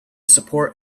support